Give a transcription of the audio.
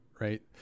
right